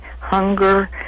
hunger